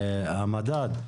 המדד,